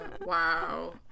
wow